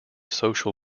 social